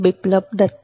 Biplab Datta